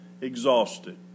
exhausted